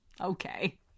Okay